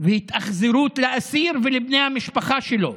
והתאכזרות לאסיר ולבני המשפחה שלו.